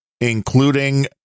including